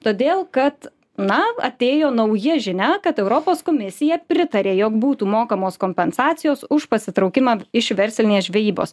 todėl kad na atėjo nauja žinia kad europos komisija pritarė jog būtų mokamos kompensacijos už pasitraukimą iš verslinės žvejybos